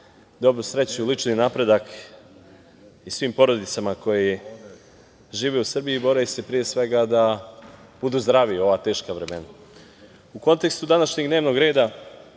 dobru sreću, lični napredak i svim porodicama koje žive u Srbiji i bore se da budu zdravi u ova teška vremena.U kontekstu današnjeg dnevnog reda